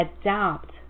adapt